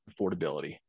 affordability